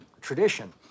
tradition